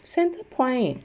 centre point eh